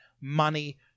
money